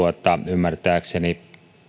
ymmärtääkseni